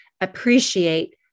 appreciate